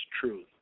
truth